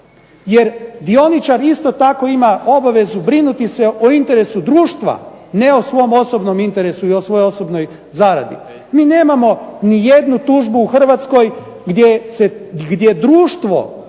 Jer dioničar isto tako ima obavezu brinuti se o interesu društva, ne o svom osobnom interesu i o svojoj osobnoj zaradi. Mi nemamo ni jednu tužbu u Hrvatskoj gdje društvo